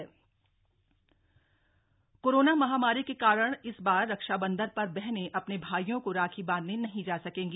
राखी डाक हरिदवार कोरोना महामारी के कारण इस बार रक्षाबंधन ेर बहनें अधने भाइयों को राखी बांधने नहीं जा सकेंगी